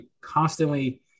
constantly